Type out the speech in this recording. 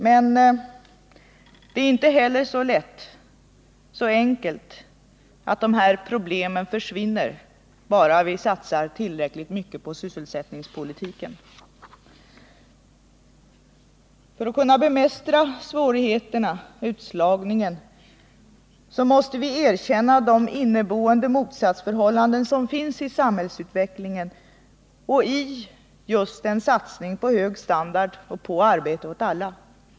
Men lösningen är inte heller så enkel som att dessa problem försvinner om vi bara satsar tillräckligt på sysselsättningspolitiken. För att kunna bemästra svårigheterna, utslagningen, måste vi erkänna de inneboende motsatsförhållanden som finns i samhällsutvecklingen när det gäller att satsa på hög standard och arbete åt alla.